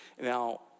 Now